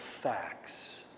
facts